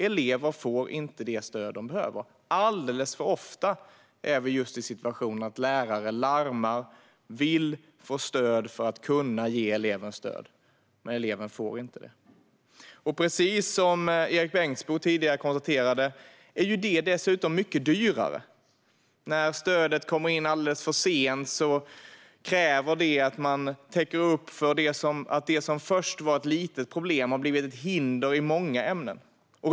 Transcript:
Elever får inte det stöd de behöver. Alldeles för ofta är vi i situationen att lärare larmar och vill få stöd för att kunna ge eleven stöd, men eleven får inte det. Precis som Erik Bengtzboe tidigare konstaterade blir ju detta dessutom mycket dyrare. När stödet kommer in alldeles för sent kräver det att man täcker upp för att det som först var ett litet problem har blivit ett hinder i många ämnen.